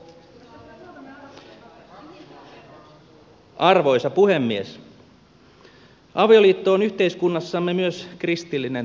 avioliitto on yhteiskunnassamme myös kristillinen traditio